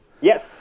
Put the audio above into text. Yes